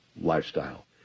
lifestyle